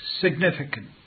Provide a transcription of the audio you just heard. significant